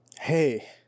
Hey